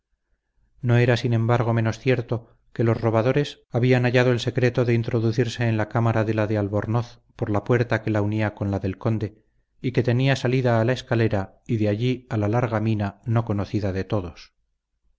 no era sin embargo menos cierto que los robadores habían hallado el secreto de introducirse en la cámara de la de albornoz por la puerta que la unía con la del conde y que tenía salida a la escalera y de allí a la larga mina no conocida de todos